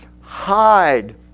hide